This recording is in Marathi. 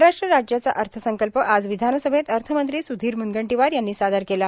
महाराष्ट्र राज्याचा अर्थसंकल्प आज विधानसभेत अर्थमंत्री सुधीर मुनगंटीवार यांनी सादर केला